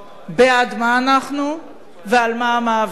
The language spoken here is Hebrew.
בעד מה אנחנו ועל מה המאבק.